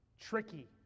tricky